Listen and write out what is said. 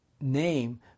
name